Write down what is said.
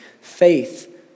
Faith